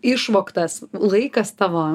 išvogtas laikas tavo